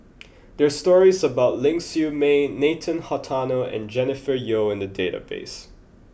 there are stories about Ling Siew May Nathan Hartono and Jennifer Yeo in the database